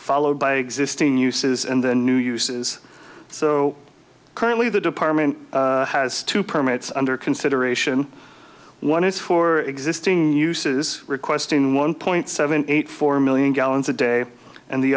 followed by existing uses and the new use is so currently the department has to permits under consideration one is for existing uses requesting one point seven eight four million gallons a day and the